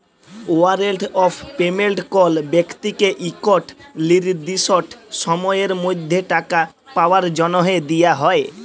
warrant of payment কল ব্যক্তিকে ইকট লিরদিসট সময়ের মধ্যে টাকা পাউয়ার জ্যনহে দিয়া হ্যয়